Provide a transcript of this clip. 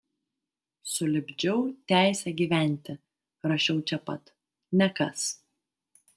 sulipdžiau teisę gyventi rašiau čia pat nekas